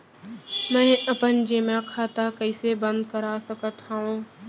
मै अपन जेमा खाता कइसे बन्द कर सकत हओं?